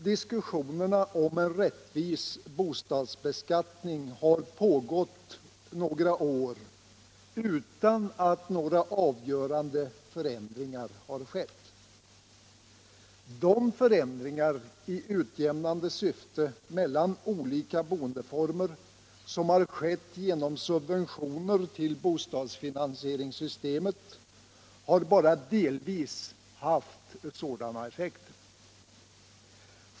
Diskussionerna om en rättvis bostadsbeskattning har pågått några år utan att avgörande förändringar har skett. De förändringar i utjämnande syfte mellan olika boendeformer som ägt rum genom subventioner till bostadsfinansieringssystemet har bara delvis haft sådana effekter.